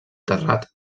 terrat